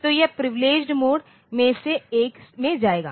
तो यह privileged mode में से एक में जाएगा